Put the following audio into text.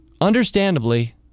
Understandably